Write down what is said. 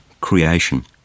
creation